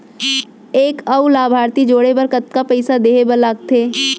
एक अऊ लाभार्थी जोड़े बर कतका पइसा देहे बर लागथे?